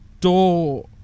door